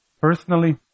Personally